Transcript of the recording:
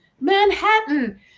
Manhattan